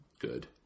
Good